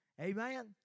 Amen